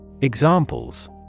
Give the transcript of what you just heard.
Examples